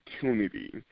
opportunity